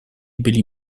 byli